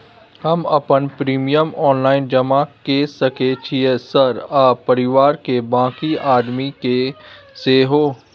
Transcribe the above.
हम अपन premium online जमा के सके छियै सर आ परिवार के बाँकी आदमी के सेहो?